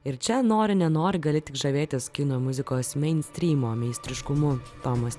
ir čia nori nenori gali tik žavėtis kino muzikos meinstrymo meistriškumu tomas